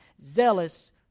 zealous